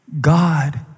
God